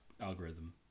algorithm